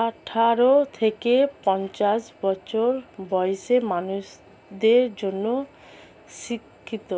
আঠারো থেকে পঞ্চাশ বছর বয়সের মানুষদের জন্য স্বীকৃত